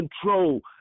control